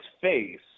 face